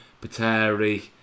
Pateri